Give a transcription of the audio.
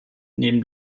neben